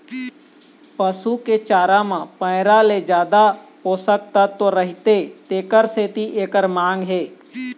पसू के चारा म पैरा ले जादा पोषक तत्व रहिथे तेखर सेती एखर मांग हे